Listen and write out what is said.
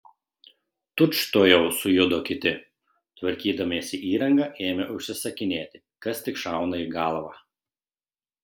tučtuojau sujudo kiti tvarkydamiesi įrangą ėmė užsisakinėti kas tik šauna į galvą